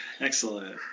Excellent